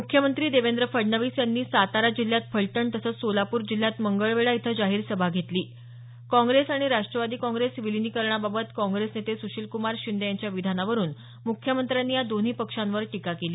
मुख्यमंत्री देवेंद्र फडणवीस यांनी सातारा जिल्ह्यात फलटण तसंच सोलापूर जिल्ह्यात मंगळवेढा इथं जाहीर सभा घेतली काँग्रेस आणि राष्टवादी काँग्रेस विलीनीकरणाबाबत काँग्रेस नेते सुशीलक्रमार शिंदे यांच्या विधानावरून मुख्यमंत्र्यांनी या दोन्ही पक्षांवर टीका केली